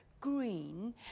green